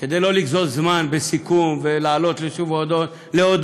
כדי שלא לגזול זמן בסיכום ולעלות שוב להודות,